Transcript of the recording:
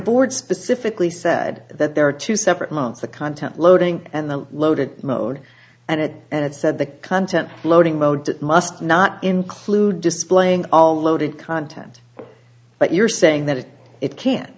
board specifically said that there are two separate months a content loading and the loaded mode and it and it said the content loading mode it must not include displaying all loaded content but you're saying that if it can